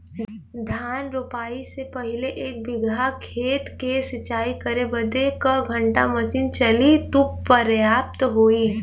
धान रोपाई से पहिले एक बिघा खेत के सिंचाई करे बदे क घंटा मशीन चली तू पर्याप्त होई?